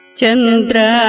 Chandra